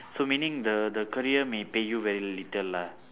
so meaning the the career may pay you very little lah